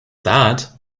that